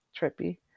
trippy